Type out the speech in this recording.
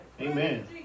Amen